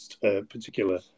particular